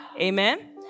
Amen